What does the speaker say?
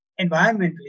environmentally